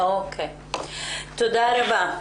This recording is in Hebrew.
תודה רבה.